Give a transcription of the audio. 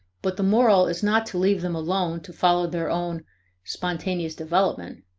but the moral is not to leave them alone to follow their own spontaneous development,